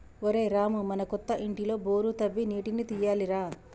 ఒరేయ్ రామూ మన కొత్త ఇంటిలో బోరు తవ్వి నీటిని తీయాలి రా